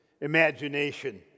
imagination